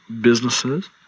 businesses